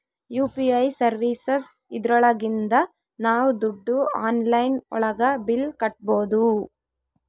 UPI services ಇದ್ರೊಳಗಿಂದ ನಾವ್ ದುಡ್ಡು ಆನ್ಲೈನ್ ಒಳಗ ಬಿಲ್ ಕಟ್ಬೋದೂ